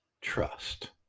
trust